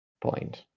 point